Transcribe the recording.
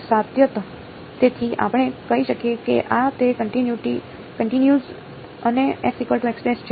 સાતત્ય તેથી આપણે કહી શકીએ કે આ તે કન્ટિનયુઅસ અને છે